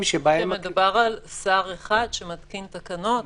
שבהם --- כשמדובר על שר אחד שמתקין תקנות.